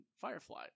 Firefly